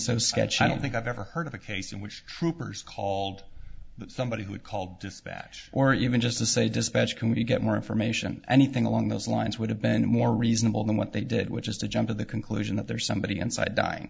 so sketchy i don't think i've ever heard of a case in which troopers called somebody who had called dispatch or even just to say dispatch can you get more information anything along those lines would have been more reasonable than what they did which is to jump to the conclusion that there is somebody